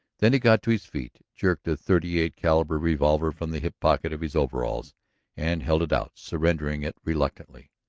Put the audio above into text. then he got to his feet, jerked a thirty-eight-caliber revolver from the hip pocket of his overalls and held it out, surrendering it reluctantly.